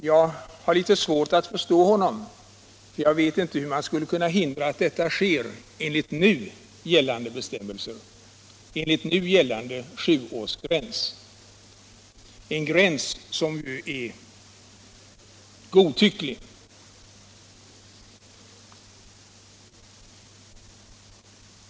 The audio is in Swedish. Jag har litet svårt att förstå honom; jag vet inte hur man skulle kunna hindra att en sådan olycka sker enligt nu gällande sjuårsgräns — en gräns som ju är helt godtycklig.